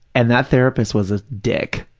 and that therapist was a dick.